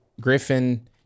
Griffin